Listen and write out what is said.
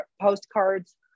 postcards